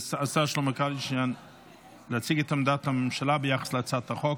אני מזמין את השר שלמה קרעי להציג את עמדת הממשלה ביחס להצעת החוק.